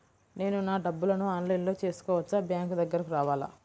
నేను నా డబ్బులను ఆన్లైన్లో చేసుకోవచ్చా? బ్యాంక్ దగ్గరకు రావాలా?